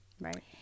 right